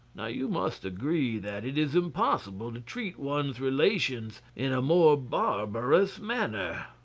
now, you must agree, that it is impossible to treat one's relations in a more barbarous manner.